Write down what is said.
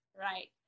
Right